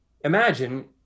imagine